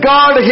God